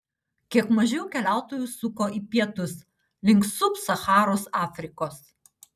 kiek mažiau keliautojų suko į pietus link sub sacharos afrikos